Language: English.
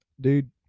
Dude